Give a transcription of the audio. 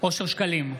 אושר שקלים,